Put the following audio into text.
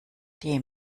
die